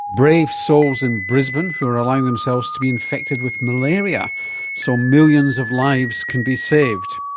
brave souls in brisbane who are allowing themselves to be infected with malaria so millions of lives can be saved.